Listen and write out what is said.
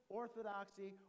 orthodoxy